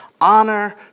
honor